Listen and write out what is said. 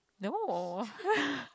no